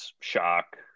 shock